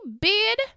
bid